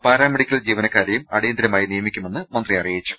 paramedical ജീവനക്കാരെയും അടിയന്തരമായി നിയമിക്കുമെന്ന് മന്ത്രി അറിയിച്ചു